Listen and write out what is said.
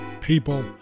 people